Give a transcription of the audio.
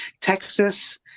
Texas